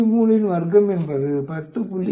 3இன் வர்க்கம் என்பது 10